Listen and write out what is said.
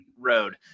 road